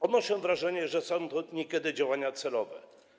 Odnoszę wrażenie, że są to niekiedy działania celowe.